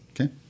Okay